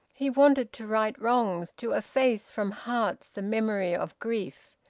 he wanted to right wrongs, to efface from hearts the memory of grief,